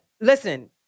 listen